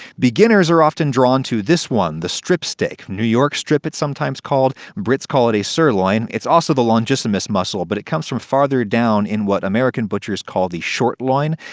beginners are often drawn to this one the strip steak. new york strip, it's sometimes called. brits call it a sirloin. it's also the longissimus muscle but it comes from farther down in what american butchers call the short loin.